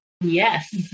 Yes